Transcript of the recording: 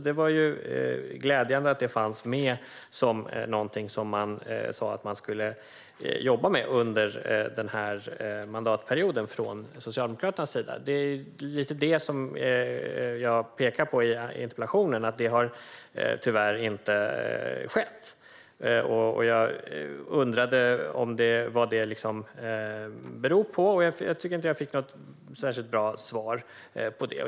Det var glädjande att det var någonting som man från Socialdemokraternas sida sa att man skulle jobba med under den här mandatperioden. Det är lite det, att det här tyvärr inte har skett, som jag pekar på i interpellationen. Jag undrade vad det beror på, och jag tycker inte att jag fick något särskilt bra svar på det.